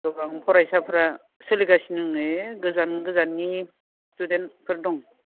गोबां फरायसाफोरा सोलिगासिनो नै गोजान गोजाननि स्टुडेन्टफोर दं